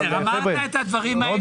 זה מסוכן מאוד.